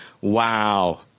wow